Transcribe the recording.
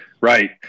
Right